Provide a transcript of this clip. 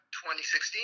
2016